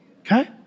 Okay